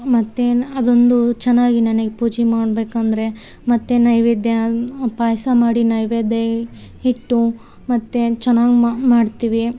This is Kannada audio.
ಮತ್ತು ನಾ ಅದೊಂದು ಚೆನ್ನಾಗಿ ನನಗ್ ಪೂಜೆ ಮಾಡಬೇಕಂದ್ರೆ ಮತ್ತು ನೈವೇದ್ಯ ಪಾಯಸ ಮಾಡಿ ನೈವೇದ್ಯ ಇಟ್ಟು ಮತ್ತು ಚೆನ್ನಾಗ್ ಮಾಡ್ತೀವಿ